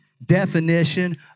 Definition